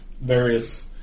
various